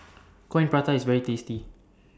Coin Prata IS very tasty